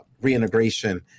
reintegration